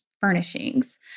furnishings